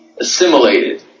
assimilated